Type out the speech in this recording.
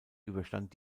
überstand